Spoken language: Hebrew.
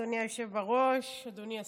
אדוני היושב בראש, אדוני השר,